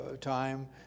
time